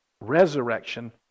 resurrection